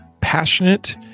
passionate